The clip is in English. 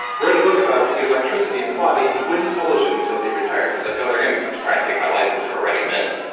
wrote a book about electricity in the body. and he wouldn't publish it until he retired. he's like, oh, they're going to try and take my license for writing this.